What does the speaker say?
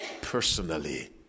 personally